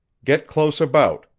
get close about.